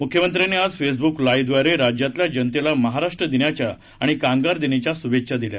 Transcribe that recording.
मुख्यमंत्र्यांनी आज फेसबुक लाईव्हद्वारे राज्यातल्या जनतेला महाराष्ट्र दिनाच्या आणि कामगार दिनाच्या शुभेच्छा दिल्या